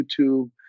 YouTube